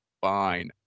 fine